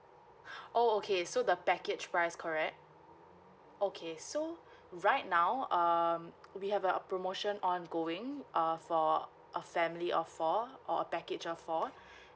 oh okay so the package price correct okay so right now um we have a promotion ongoing uh for a family of four or a package of four